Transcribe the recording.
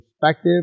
perspective